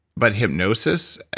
but hypnosis?